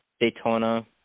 Daytona